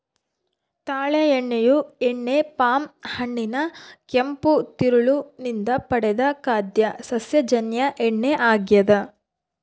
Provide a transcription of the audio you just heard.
ತಾಳೆ ಎಣ್ಣೆಯು ಎಣ್ಣೆ ಪಾಮ್ ಹಣ್ಣಿನ ಕೆಂಪು ತಿರುಳು ನಿಂದ ಪಡೆದ ಖಾದ್ಯ ಸಸ್ಯಜನ್ಯ ಎಣ್ಣೆ ಆಗ್ಯದ